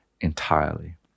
entirely